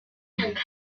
uncovered